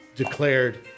Declared